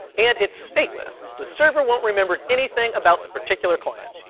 and it's stateless. the server won't remember anything about the particular client.